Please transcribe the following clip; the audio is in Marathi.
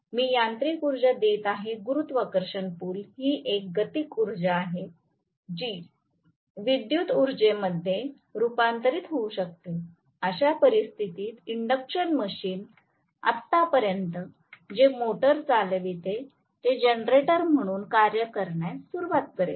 मी यांत्रिक ऊर्जा देत आहे गुरुत्वाकर्षण पुल ही एक गतिज ऊर्जा आहे जी विद्युत उर्जेमध्ये रूपांतरित होऊ शकते अशा परिस्थितीत इंडक्शन मशीन आतापर्यंत जे मोटर चालविते ते जनरेटर म्हणून कार्य करण्यास सुरवात करेल